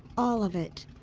all of it.